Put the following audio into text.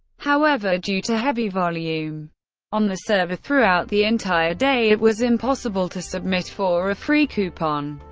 however, due to heavy volume on the server throughout the entire day, it was impossible to submit for a free coupon.